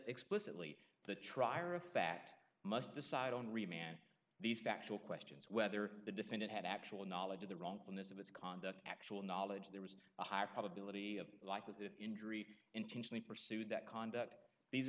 explicitly the trier of fact must decide on remand these factual questions whether the defendant had actual knowledge of the wrong in this of its conduct actual knowledge there was a high probability of like that if injury intentionally pursued that conduct these